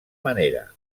manera